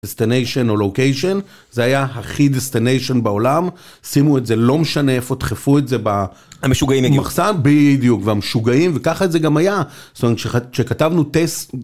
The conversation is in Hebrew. דסטניישן או לוקיישן, זה היה הכי דסטניישן בעולם. שימו את זה... לא משנה איפה תדחפו את זה ב... המשוגעים יגידו. במחסן... בדיוק! והמשוגעים, וככה זה גם היה. זאת אומרת, כשכתבנו טסט.